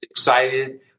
excited